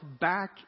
back